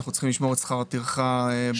אנחנו צריכים לשמור את שכר הטרחה בצד.